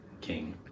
king